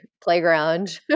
playground